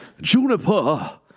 Juniper